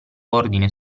ordine